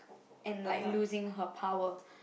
and like losing her power